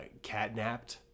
Catnapped